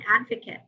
advocate